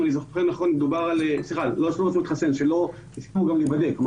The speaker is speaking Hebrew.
אם אני זוכר נכון מדובר על סדר גודל